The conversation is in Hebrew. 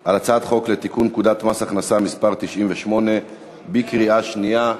על הצעת חוק לתיקון פקודת מס הכנסה (מס' 98). קריאה שנייה.